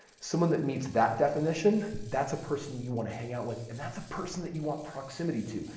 someone that meets that definition, that's a person you want to hang out with and that's a person that you want proximity to.